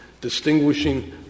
distinguishing